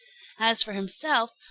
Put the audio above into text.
as for himself,